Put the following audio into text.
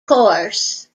course